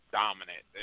dominant